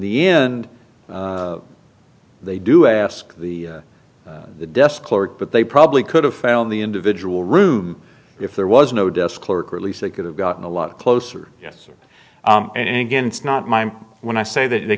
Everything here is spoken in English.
the end they do ask the desk clerk but they probably could have found the individual room if there was no desk clerk or at least they could have gotten a lot closer yes and again it's not my when i say that they